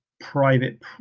private